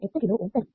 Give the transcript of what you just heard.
8 kilo ഓം തരും